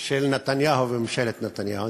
של נתניהו וממשלת נתניהו.